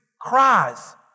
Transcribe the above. Cries